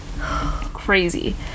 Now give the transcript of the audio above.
crazy